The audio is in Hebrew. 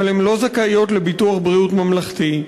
אבל הן לא זכאיות לביטוח בריאות ממלכתי,